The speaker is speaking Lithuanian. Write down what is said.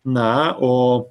na o